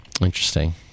Interesting